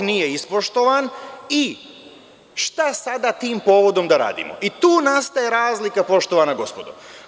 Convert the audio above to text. Rok nije ispoštovan i šta sada tim povodom da radimo i tu nastaje razlika, poštovana gospodo.